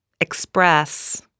express